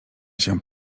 się